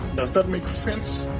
does that make sense?